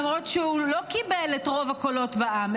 למרות שהוא לא קיבל את רוב הקולות בעם,